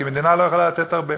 כי המדינה לא יכולה לתת הרבה.